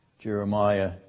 Jeremiah